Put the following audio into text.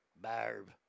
Barb